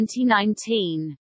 2019